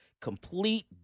Complete